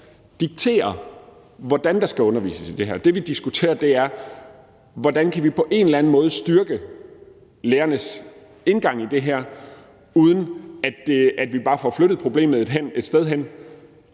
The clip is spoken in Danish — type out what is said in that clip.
diktere, hvordan der skal undervises i det her. Det, vi diskuterer, er, hvordan vi på en eller anden måde kan styrke lærernes indgang til det her, uden at vi bare får flyttet problemet et sted hen,